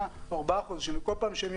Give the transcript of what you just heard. חברות ה-פי2פי, --- וכל השירותים החדשים